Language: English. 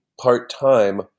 part-time